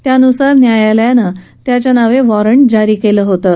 त्यानुसार न्यायालयानं त्याच्या नांवे वॉरं जारी केलं होतं